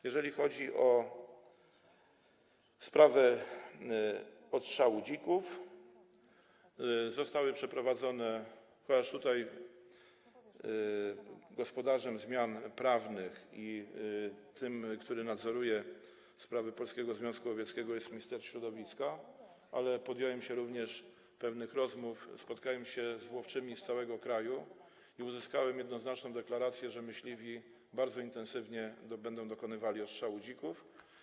Jeżeli chodzi o sprawę odstrzałów dzików, zostały takie przeprowadzone, chociaż tutaj gospodarzem zmian prawnych i tym, który nadzoruje sprawy Polskiego Związku Łowieckiego, jest minister środowiska, ale podjąłem się również pewnych rozmów, spotkałem się z łowczymi z całego kraju i uzyskałem jednoznaczną deklarację, że myśliwi bardzo intensywnie będą dokonywali odstrzału dzików.